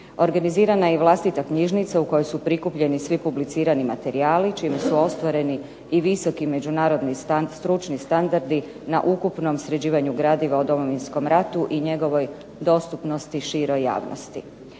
Organizirana je i vlastita knjižnica u kojoj su prikupljeni svi publicirani materijali, čime su ostvareni i visoki međunarodni stručni standardi na ukupnom sređivanju gradiva o Domovinskom ratu i njegovoj dostupnosti široj javnosti.